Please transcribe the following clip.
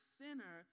sinner